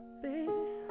baby